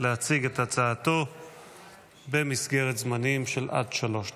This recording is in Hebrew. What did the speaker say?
להציג את הצעתו במסגרת זמנים של עד שלוש דקות.